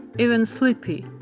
even sleepy.